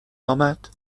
امد